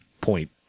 point